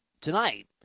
tonight